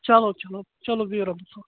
چلو چلو چلو بِہِیو رۄبس حوالہٕ